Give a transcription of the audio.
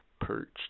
perched